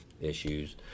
issues